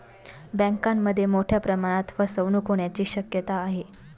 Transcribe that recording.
बँकांमध्ये मोठ्या प्रमाणात फसवणूक होण्याची शक्यता आहे